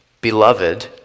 Beloved